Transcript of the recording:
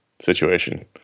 situation